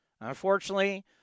Unfortunately